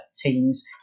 teams